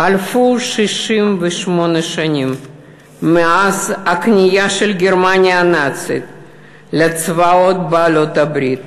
חלפו 68 שנים מאז הכניעה של גרמניה הנאצית לצבאות בעלות-הברית.